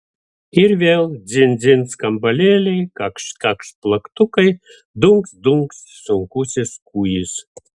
ir vėl dzin dzin skambalėliai kakšt kakšt plaktukai dunkst dunkst sunkusis kūjis